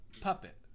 puppet